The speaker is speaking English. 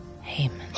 Haman